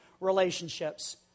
relationships